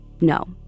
No